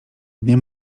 dnie